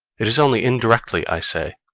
it is only indirectly, i say,